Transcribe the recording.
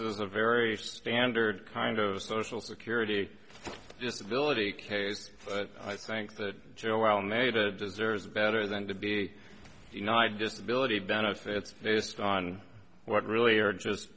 is a very standard kind of social security disability case but i think that jail while nayda deserves better than to be you know i just ability benefits based on what really are just